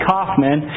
Kaufman